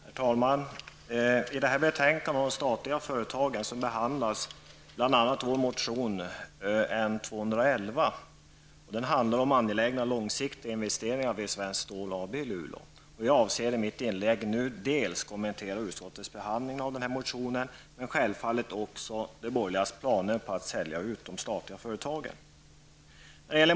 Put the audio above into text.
Herr talman! I detta betänkande om de statliga företagen behandlas bl.a. vår motion N211. Den handlar om angelägna långsiktiga investeringar vid Svenskt Stål AB i Luleå. Jag avser att i mitt inlägg nu kommentera dels utskottets behandling av denna motion, dels de borgerligas planer på att sälja ut de statliga företagen.